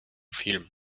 film